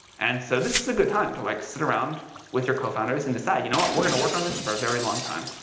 and so this is a good time to like sit around with your cofounders and decide, you know what, we're going to work on this for a very long time.